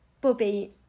Bobby